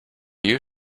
you